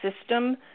system